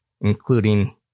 including